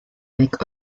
avec